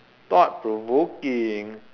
thought provoking